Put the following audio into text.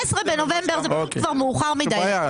15 בנובמבר זה כבר מאוחר מידיי.